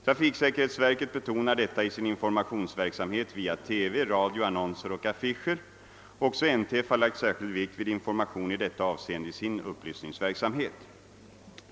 Trafiksäkerhetsverket betonar detta i sin informationsverksamhet via TV, radio, annonser och affischer. Också NTF har lagt särskild vikt vid information i detta avseende i sin upplysningsverksamhet.